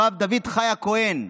הרב דוד חי הכהן.